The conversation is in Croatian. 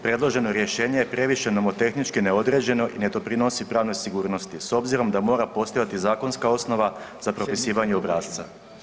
Predloženo rješenje je previše nomotehnički neodređeno i ne doprinosi pravnoj sigurnosti, s obzirom da mora postojati zakonska osnova za propisivanje obrasca.